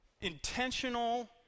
intentional